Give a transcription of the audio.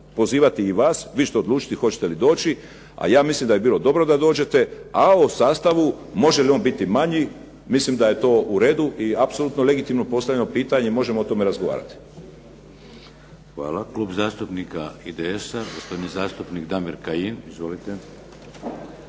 pozivati i vas, vi ćete odlučiti hoćete li doći. A ja mislim da bi bilo dobro da dođete. A o sastavu može li on biti manji, mislim da je to uredu i apsolutno legitimno postavljeno pitanje, možemo o tome razgovarati. **Šeks, Vladimir (HDZ)** Hvala. Klub zastupnika IDS-a gospodin zastupnik Damir Kajin. Izvolite.